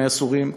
היסעורים,